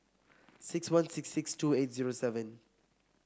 six one six six two eight zero seven